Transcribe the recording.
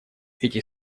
эти